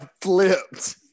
flipped